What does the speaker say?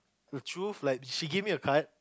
the truth like she give me a card